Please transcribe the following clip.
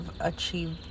achieved